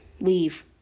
Leave